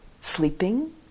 sleeping